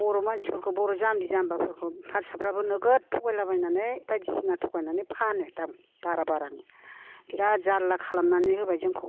बर' मानसिफोरखौ बर' जाम्बि जाम्बाफोरखौ हारसाफ्राबो नोगोद थगायलाबायनानै बायदिसिना थगायनानै फानो दाम बारा बारानो बिराद जालला खालामनानै होबाय जोंखौ